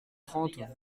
trente